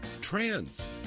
trans